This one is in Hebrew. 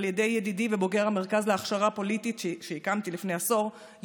על ידי ידידי ובוגר המרכז להכשרה פוליטית שהקמתי לפני עשור,